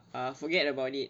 uh forget about it